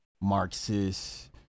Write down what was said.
Marxist